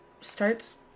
starts